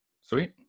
sweet